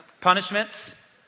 Punishments